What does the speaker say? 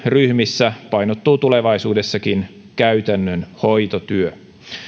ryhmissä painottuu tulevaisuudessakin käytännön hoitotyö